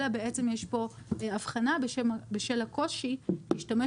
אלא בעצם יש פה הבחנה בשל הקושי להשתמש